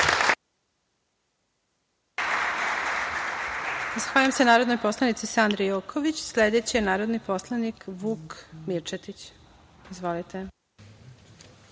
Zahvaljujem se narodnoj poslanici Sandri Joković. Sledeći je narodni poslanik Vuk Mirčetić. Izvolite.